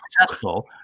successful